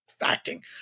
acting